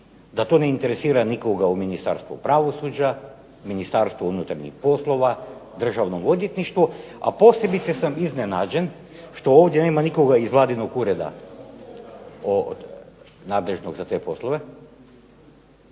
da to ne interesira nikoga u Ministarstvu pravosuđa, Ministarstvu unutarnjih poslova, državnom odvjetništvu, a posebice sam iznenađen što ovdje nema nikoga iz Vladinog ureda nadležnog za te poslove.